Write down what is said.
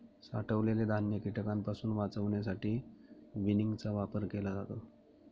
साठवलेले धान्य कीटकांपासून वाचवण्यासाठी विनिंगचा वापर केला जातो